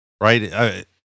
Right